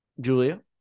Julia